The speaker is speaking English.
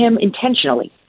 intentionally